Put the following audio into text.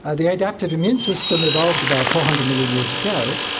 ah the adaptive immune system evolved about four hundred million years ago,